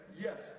yes